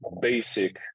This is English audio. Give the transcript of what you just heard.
basic